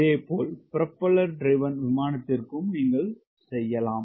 இதேபோல் propeller driven விமானத்திற்கு நீங்கள் செய்யலாம்